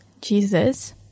Jesus